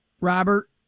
Robert